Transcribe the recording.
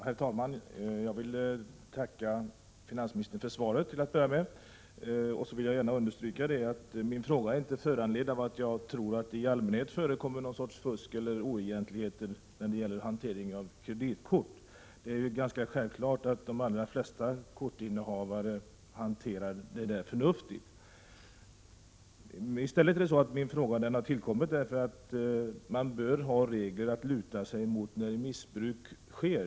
Herr talman! Jag vill till att börja med tacka finansministern för svaret. Dessutom vill jag understryka att min fråga inte är föranledd av att jag tror att det i allmänhet förekommer någon sorts fusk eller oegentligheter vid hantering av kreditkort. Det är ganska självklart att de allra flesta kortinnehavare hanterar korten förnuftigt. Min fråga har tillkommit med anledning av att man bör ha regler att luta sig mot när missbruk sker.